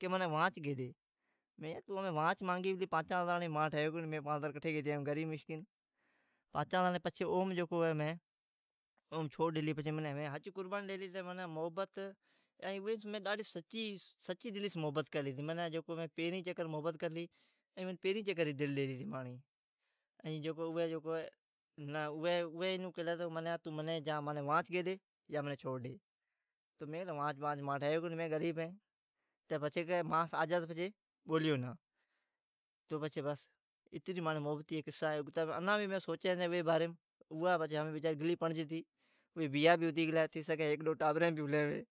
پتئ کا تو اوی ماس وانچ ماگلی ھرو بھرو منی وانچ گی ڈی ۔ مین کیلی یار مین کٹھیم گیتی آوین مین غریب مسکین تو پانچا ھزاری مانگی پلی ۔پچھی مین اوین چھوڑ ڈیلی مین اویس سچی دلیس محبت کرلی ھتی ، کو تو پلکی چکر محبت کرلی ھتی ماجی دا اوین ڈیلی ھتی پچھئ اوی کیلی تو یا من وانچ ڈی یا تو من چھوڑ ڈی بس ، پچھی آخریم اوی کلی تو آجاس پچھی ماس بات نا کریو ، ھا ھتی مایجی محبت ھمین اویجا بیا بھی ھتی گلا ھی تو ھیمن اوی جی ھیک ڈو ٹابرین ھلی ھوی